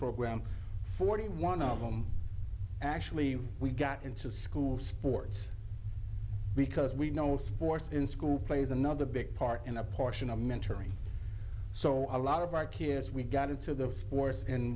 program forty one of them actually we got into school sports because we know sports in school plays another big part in a portion of mentoring so a lot of our kids we got into the sports and